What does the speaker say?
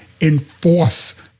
enforce